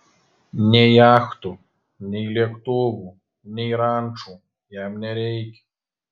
nei jachtų nei lėktuvų nei rančų jam nereikia